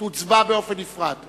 תוצבע באופן נפרד.